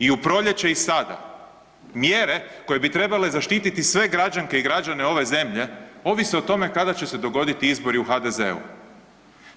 I u proljeće i sada mjere koje bi trebale zaštiti sve građanke i građane ove zemlje ovise o tome kada će se dogoditi izbori u HDZ-u.